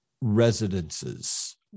residences